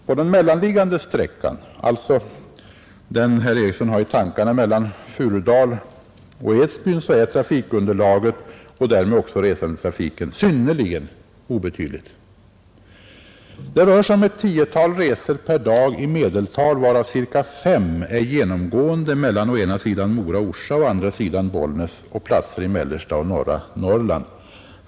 På den mellanliggande sträckan som herr Eriksson har i tankarna, alltså mellan Furudal och Edsbyn, är resandetrafiken av synnerligen obetydlig omfattning. Det rör sig om ett tiotal resor per dag i medeltal, varav cirka fem är genomgående mellan å ena sidan Mora och Orsa och å andra sidan Bollnäs och platser i mellersta och norra Norrland.